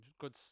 good